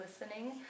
listening